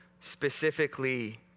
specifically